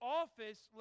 office